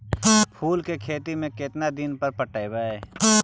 फूल के खेती में केतना दिन पर पटइबै?